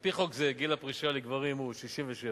על-פי חוק זה גיל הפרישה לגברים הוא 67,